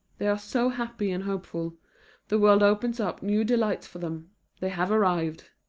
they are so happy and hopeful the world opens up new delights for them they have arrived.